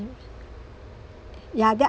ya that